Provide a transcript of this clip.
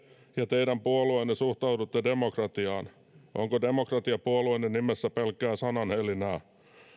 ja teidän puolueenne suhtaudutte demokratiaan onko demokratia puolueenne nimessä pelkkää sanahelinää